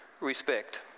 respect